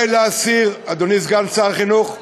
אדוני סגן שר החינוך,